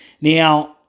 Now